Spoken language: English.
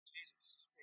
Jesus